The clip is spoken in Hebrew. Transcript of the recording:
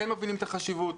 כן מבינים את החשיבות.